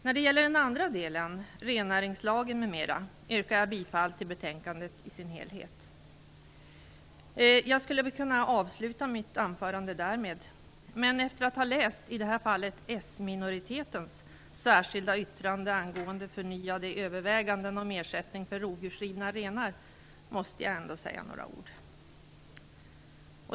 När det gäller den andra delen, rennäringslagen m.m. yrkar jag bifall till betänkandet i dess helhet. Jag skulle kunna avsluta mitt anförande därmed, men efter att ha läst den, i detta fall, socialdemokratiska minoritetens särskilda yttrande angående förnyade överväganden om ersättning för rovdjursrivna renar, måste jag ändå säga några ord.